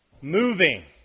moving